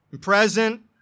present